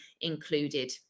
included